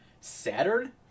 Saturn